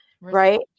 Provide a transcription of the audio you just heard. Right